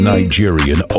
Nigerian